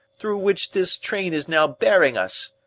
through which this train is now bearing us.